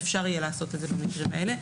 אפשר יהיה לעשות את זה בימים אלה.